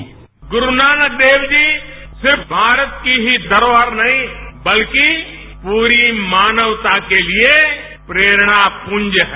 white PM Guru Nanak Dev ji सिर्फ भारत की ही धरोहर नहीं बल्कि पूरी मानवता के लिए प्रेरणा पुंज है